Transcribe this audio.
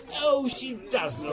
ooo, she does